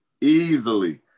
easily